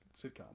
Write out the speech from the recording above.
sitcom